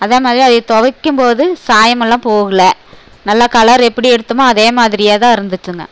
அதே மாதிரி அதை துவைக்கும்போது சாயமெல்லாம் போகலை நல்ல கலர் எப்படி எடுத்தோமோ அதே மாதிரியே தான் இருந்துச்சுங்க